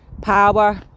power